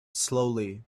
slowly